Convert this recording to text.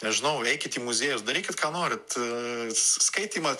nežinau eikit į muziejus darykit ką norit s skaitymą